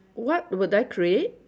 what would I create